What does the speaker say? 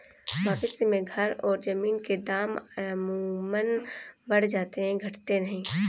भविष्य में घर और जमीन के दाम अमूमन बढ़ जाते हैं घटते नहीं